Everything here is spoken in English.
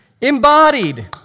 embodied